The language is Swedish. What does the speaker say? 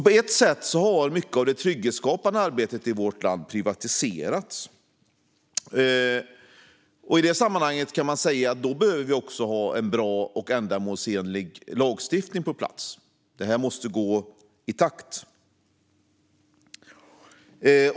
På ett sätt har mycket av det trygghetsskapande arbetet i vårt land privatiserats. I det sammanhanget behövs det en bra och ändamålsenlig lagstiftning på plats. Och de måste gå i takt.